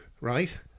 right